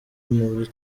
muri